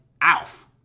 Alf